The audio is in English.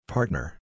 Partner